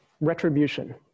retribution